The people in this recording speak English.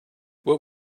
what